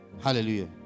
hallelujah